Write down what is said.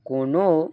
কোনো